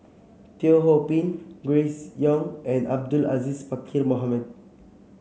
Teo Ho Pin Grace Young and Abdul Aziz Pakkeer Mohamed